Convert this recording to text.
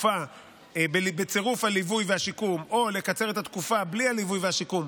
התקופה בצירוף הליווי והשיקום או לקצר את התקופה בלי הליווי והשיקום,